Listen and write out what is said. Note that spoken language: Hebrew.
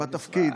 בתפקיד.